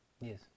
Yes